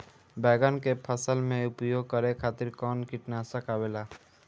बैंगन के फसल में उपयोग करे खातिर कउन कीटनाशक आवेला?